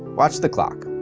watch the clock.